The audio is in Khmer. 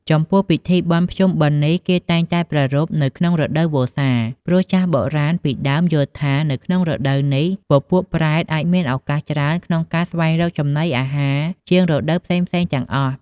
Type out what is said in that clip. ចំពោះពិធីបុណ្យភ្ជុំបិណ្ឌនេះ គេតែងតែប្រារព្ធនៅក្នុងរដូវវស្សា ព្រោះចាស់បុរាណពីដើមយល់ថា នៅក្នុងរដូវនេះ ពពួកប្រែតអាចមានឱកាសច្រើនក្នុងការស្វែងរកចំណីអាហារជាងរដូវផ្សេងៗទាំងអស់។